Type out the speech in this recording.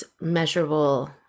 measurable